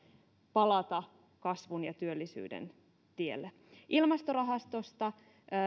palata kasvun ja työllisyyden tielle ilmastorahastosta